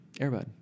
Airbud